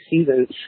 seasons